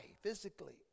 physically